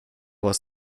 was